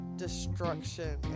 destruction